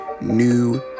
new